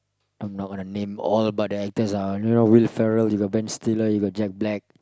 I'm not gonna name all but the actors are you know Will-Ferrell you got Ben-Stiller you got Jack-Black